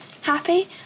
happy